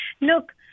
look